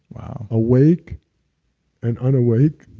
awake and unawake,